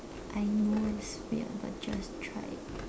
I know it's weird but just try it